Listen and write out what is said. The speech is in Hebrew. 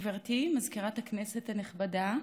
גברתי מזכירת הכנסת הנכבדה,